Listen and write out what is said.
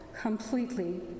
completely